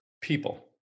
people